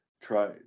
try